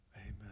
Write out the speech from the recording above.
Amen